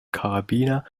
karabiner